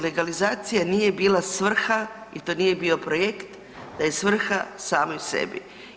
Legalizacija nije bila svrha i to nije bio projekt da je svrha samoj sebi.